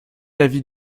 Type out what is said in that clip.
l’avis